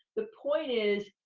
the point is,